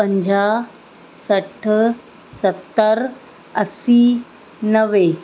पंजाहु सठि सतरि असीं नवे